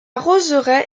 roseraie